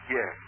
Yes